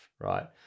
Right